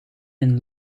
een